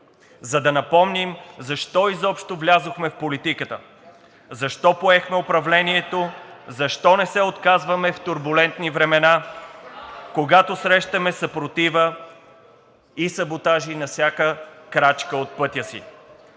за да напомним защо изобщо влязохме в политиката. Защо поехме управлението? Защо не се отказваме в турбулентни времена, когато срещаме съпротива и саботажи на всяка крачка от пътя си?